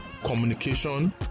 communication